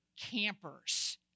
campers